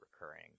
recurring